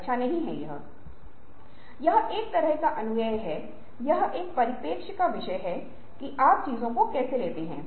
इसलिए ये कुछ भावनात्मक मूल्य और विश्वास हैं